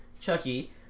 Chucky